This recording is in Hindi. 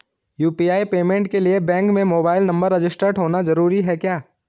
यु.पी.आई पेमेंट के लिए बैंक में मोबाइल नंबर रजिस्टर्ड होना जरूरी है क्या?